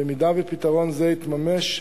במידה שפתרון זה יתממש,